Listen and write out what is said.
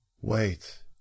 Wait